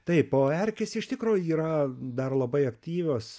taip o erkės iš tikro yra dar labai aktyvios